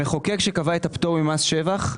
המחוקק שקבע את הפטור ממס שבח,